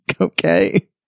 Okay